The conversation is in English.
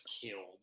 killed